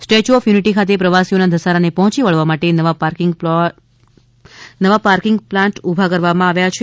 statue of unity ખાતે પ્રવાસીઓના ધસારાને પહોંચી વળવા માટે નવા પાર્કિંગ પ્લાટ ઊભા કરવામાં આવ્યા છે